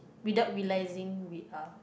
without realising we are